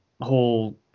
whole